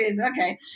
okay